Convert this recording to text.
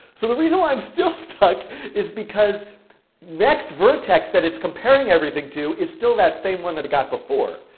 so the reason why i'm still stuck is because nextvertex that it's comparing everything to is still that same one that it got before.